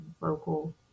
local